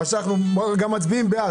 אני רוצה להסביר.